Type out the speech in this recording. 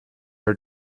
her